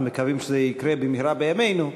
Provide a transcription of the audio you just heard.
אנחנו מקווים שזה יקרה במהרה בימינו,